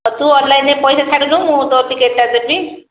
ତୁ ଅନଲାଇନ ରେ ପଇସା ଛାଡ଼ିଦେବୁ ମୁଁ ତୋ ଟିକେଟ ଟା ଦେବି